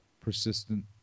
persistent